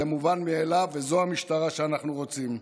זה מובן מאליו, וזו המשטרה שאנחנו רוצים.